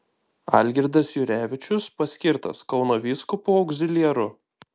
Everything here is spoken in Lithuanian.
algirdas jurevičius paskirtas kauno vyskupu augziliaru